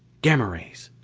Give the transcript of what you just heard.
gamma rays!